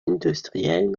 industriellen